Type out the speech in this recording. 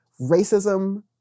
racism